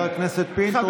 חבר הכנסת פינדרוס.